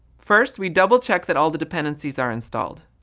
first, we double-check that all the dependencies are installed.